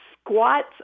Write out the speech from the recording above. squats